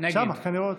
נגד